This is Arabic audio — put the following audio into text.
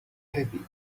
أبي